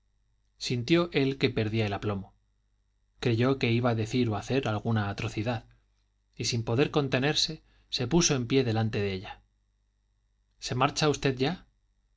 sintió él que perdía el aplomo creyó que iba a decir o hacer alguna atrocidad y sin poder contenerse se puso en pie delante de ella se marcha usted ya